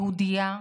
יהודייה,